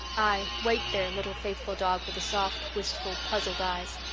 ay, wait there, little faithful dog with the soft, wistful, puzzled eyes.